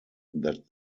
that